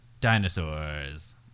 dinosaurs